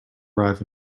arrive